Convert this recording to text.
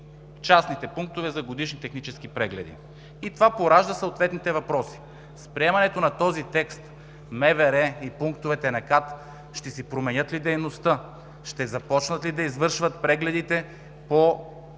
частните пунктове за годишни технически прегледи. Това поражда съответните въпроси: с приемането на този текст МВР и пунктовете на КАТ ще си променят ли дейността? Ще започнат ли да извършват прегледите по